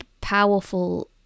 powerful